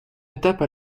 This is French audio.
étape